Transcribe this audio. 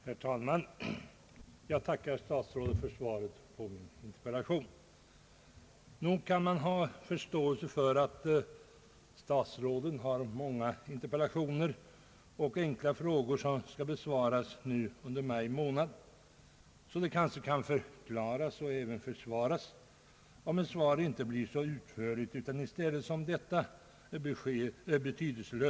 Herr talman! Jag tackar statsrådet för svaret på min interpellation. Nog kan man ha förståelse för att statsråden har många interpellationer och enkla frågor att besvara nu under maj månad. Det kanske alltså kan förklaras och även försvaras om ett svar inte blir så utförligt utan i stället, som detta, tämligen betydelselöst.